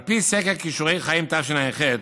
על פי סקר כישורי חיים תשע"ח,